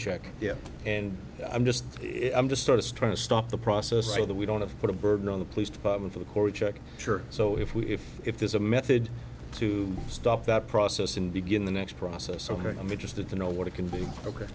check yet and i'm just i'm just sort of trying to stop the process so that we don't have to put a burden on the police department or the court check so if we if if there's a method to stop that process and begin the next process over i'm interested to know what it can be ok